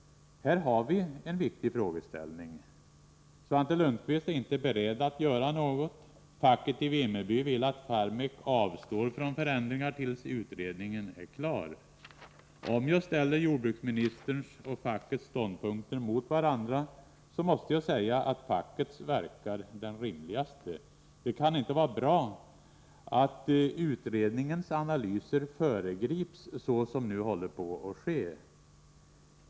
Här har vi en viktig frågeställning. Svante Lundkvist är inte beredd att göra något. Facket i Vimmerby vill att Farmek avstår från förändringar tills utredningen är klar. Om jag ställer jordbruksministerns och fackets ståndpunkter mot varandra, så måste jag säga att fackets verkar vara den rimligaste. Det kan inte vara bra att utredningens analyser föregrips så som nu håller på att ske.